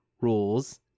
rules